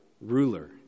ruler